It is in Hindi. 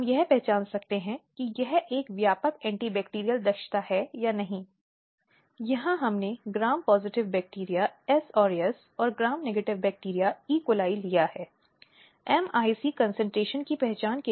यह उसके विवेक पर एक घातक और अपमानजनक छाप छोड़ता है उसके आत्मसम्मान और गरिमा को ठेस पहुँचाता है